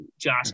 Josh